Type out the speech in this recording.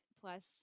plus